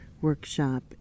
workshop